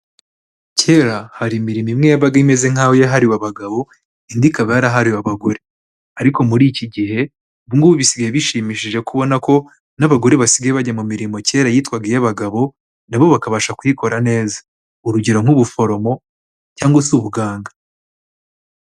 Kera hari imirimo imwe yabaga imeze nk'aho yahariwe abagabo, indi ikaba yarahariwe abagore ariko muri iki gihe, ubu ngubu bisigaye bishimishije kubona ko n'abagore basigaye bajya mu mirimo kera yitwaga iy'abagabo, na bo bakabasha kuyikora neza. Urugero nk'ubuforomo cyangwa se ubuganga.